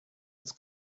its